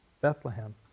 Bethlehem